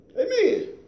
Amen